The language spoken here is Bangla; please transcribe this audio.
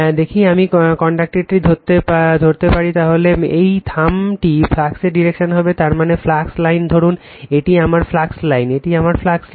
দেখি আমি কন্ডাক্টরটি ধরতে পারি তাহলে এই থাম্বটি ফ্লাক্সের ডিরেকশনে হবে তার মানে ফ্লাক্স লাইন ধরুন এটি আমার ফ্লাক্স লাইন এটি আমার ফ্লাক্স লাইন